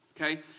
Okay